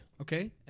Okay